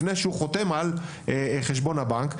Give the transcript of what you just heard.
לפני שהוא חותם על חשבון הבנק.